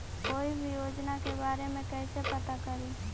कोई भी योजना के बारे में कैसे पता करिए?